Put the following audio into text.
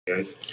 Guys